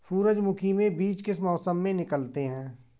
सूरजमुखी में बीज किस मौसम में निकलते हैं?